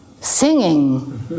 singing